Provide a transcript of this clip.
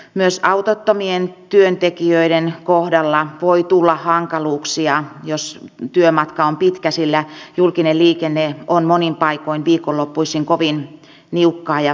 myös autottomien työntekijöiden kohdalla voi tulla hankaluuksia jos työmatka on pitkä sillä julkinen liikenne on monin paikoin viikonloppuisin kovin niukkaa ja vähäistä